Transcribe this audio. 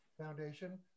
Foundation